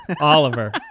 Oliver